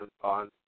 on